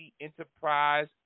Enterprise